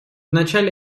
начале